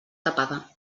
tapada